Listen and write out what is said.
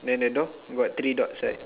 then the door got three dots right